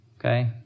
okay